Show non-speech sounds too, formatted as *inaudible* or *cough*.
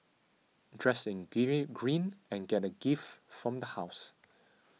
dress in *unintelligible* green and get a gift from the house